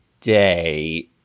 day